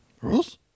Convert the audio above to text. Rules